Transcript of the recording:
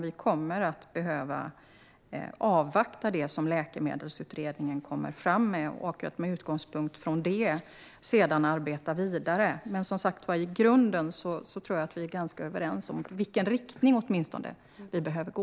Vi kommer att behöva avvakta det som Läkemedelsutredningen kommer fram med och med utgångspunkt från det sedan arbeta vidare. Men, som sagt var, jag tror att vi i grunden är ganska överens om åtminstone i vilken riktning vi behöver gå.